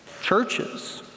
churches